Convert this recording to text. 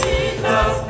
Jesus